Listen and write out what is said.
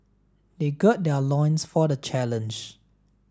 they gird their loins for the challenge